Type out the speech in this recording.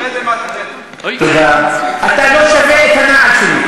אתה יודע, אדם כמוך,